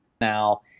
now